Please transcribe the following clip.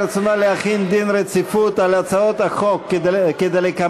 רצונה להחיל דין רציפות על הצעות החוק כדלקמן,